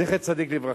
זכר צדיק לברכה.